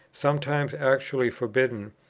sometimes actually forbidden,